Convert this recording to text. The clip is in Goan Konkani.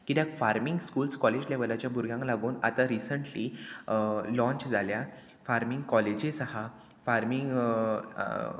कित्याक फार्मींग स्कुल्स कॉलेज लेवलाच्या भुरग्यांक लागून आतां रिसंटली लाँच जाल्या फार्मींग कॉलेजीस आहा फार्मींग